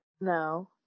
No